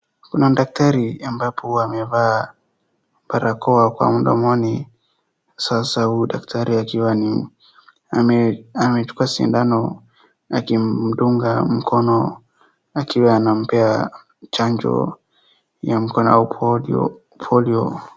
Kuna daktari ambapo amevaa barakoa kwa mdomoni. Sasa huyu daktari akiwa amechukua sindano akimdunga mkono akiwa anampea chanjo ya mkono au polio.